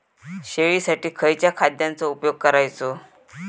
शेळीसाठी खयच्या खाद्यांचो उपयोग करायचो?